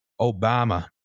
Obama